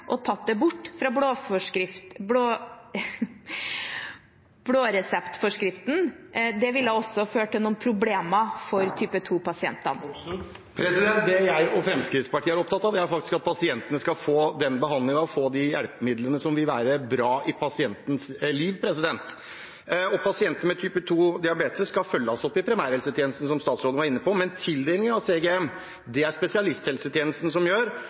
og tatt det bort fra blåreseptforskriften. Det ville også ha ført til noen problemer for type 2-pasientene. Det jeg og Fremskrittspartiet er opptatt av, er at pasientene skal få den behandlingen og de hjelpemidlene som vil være bra for pasientenes liv. Pasienter med type 2-diabetes skal følges opp i primærhelsetjenesten, som statsråden var inne på, men tildelingen av CGM er det spesialisthelsetjenesten som gjør.